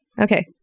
Okay